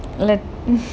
like